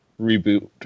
reboot